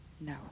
No